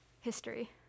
History